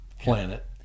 planet